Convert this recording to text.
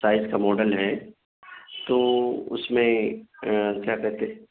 size کا model ہے تو اس میں کیا کہتے